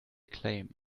claim